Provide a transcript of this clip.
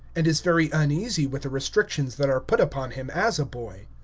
and is very uneasy with the restrictions that are put upon him as a boy.